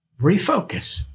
Refocus